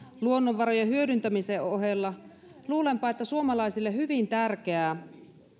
luonnonvarojen hyödyntämisen ohella suomalaisille hyvin tärkeää